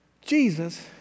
Jesus